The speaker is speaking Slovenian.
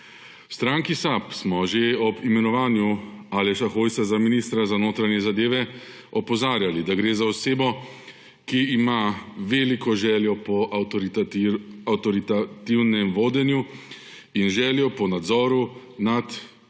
V stranki SAB smo že ob imenovanju Aleša Hojsa za ministra za notranje zadeve opozarjali, da gre za osebo, ki ima veliko željo po avtoritativnem vodenju in željo po nadzoru nad tistimi